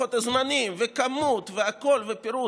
לוחות הזמנים וכמות והכול ופירוט?